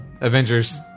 Avengers